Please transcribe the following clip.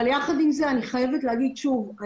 אבל יחד עם זה אני חייבת להגיד שוב,